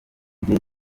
rye